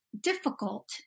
difficult